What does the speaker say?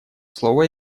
слово